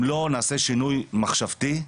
אם לא נעשה שינוי מחשבתי,